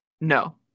No